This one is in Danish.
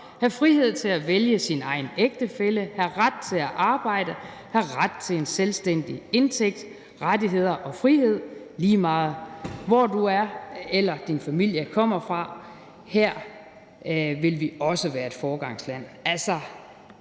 have frihed til at vælge sin egen ægtefælle, have ret til at arbejde, have ret til en selvstændig indtægt. Rettigheder og frihed, lige meget hvor du eller din familie kommer fra. Her vil vi også være et foregangsland.